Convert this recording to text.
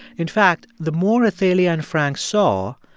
in fact, the more athalia and frank saw,